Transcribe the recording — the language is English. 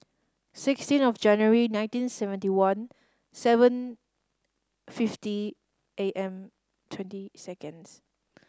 sixteen of January nineteen seventy one seven fifty A M twenty seconds